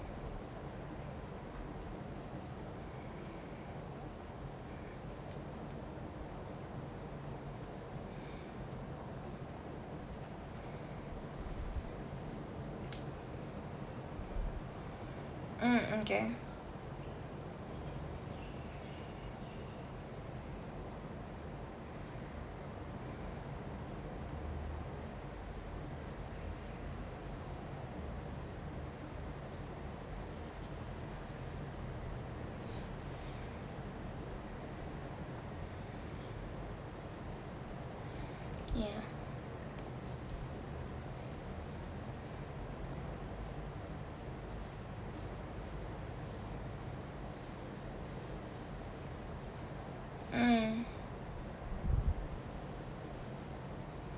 mm okay ya mm